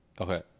Okay